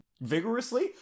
Vigorously